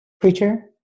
preacher